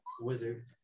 Wizard